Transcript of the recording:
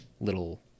little